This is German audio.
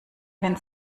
wenn